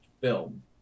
film